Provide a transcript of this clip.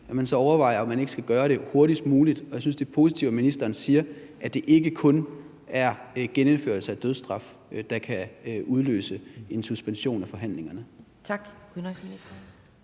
at man så overvejer, om man ikke skal gøre det hurtigst muligt. Jeg synes, det er positivt, at ministeren siger, at det ikke kun er genindførelse af dødsstraf, der kan udløse en suspension af forhandlingerne. Kl. 14:29 Formanden